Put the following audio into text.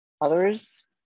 others